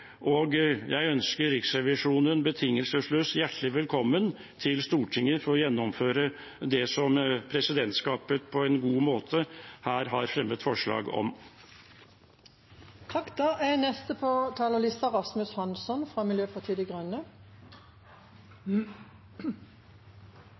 Og jeg ønsker Riksrevisjonen betingelsesløst hjertelig velkommen til Stortinget for å gjennomføre det som presidentskapet på en god måte her har fremmet forslag om. Norge er i en spesiell politisk situasjon. Folk er trøtte, trøtte av langvarige koronatiltak, og nå er de